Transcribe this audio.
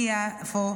ליפו,